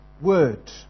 word